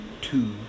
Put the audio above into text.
two